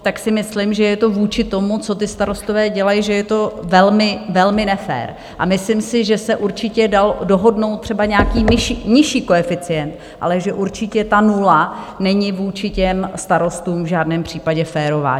Tak si myslím, že je to vůči tomu, co ti starostové dělají, velmi, velmi nefér, a myslím si, že se určitě dal dohodnout třeba nějaký nižší koeficient, ale že určitě ta nula není vůči těm starostům v žádném případě férová.